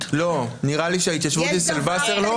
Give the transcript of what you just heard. לא, נראה לי שההתיישבות היא אצל וסרלאוף.